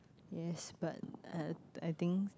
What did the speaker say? yes but uh I think